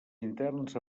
interns